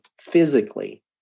Physically